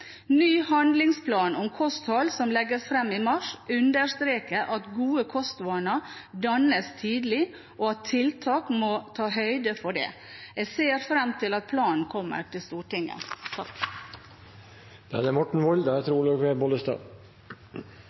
Ny handlingsplan om kosthold, som legges frem i mars, understreker at gode kostvaner dannes tidlig, og at tiltak må ta høyde for det. Jeg ser frem til at planen kommer til Stortinget.